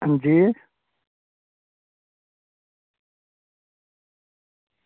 अंजी